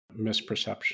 misperception